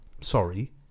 sorry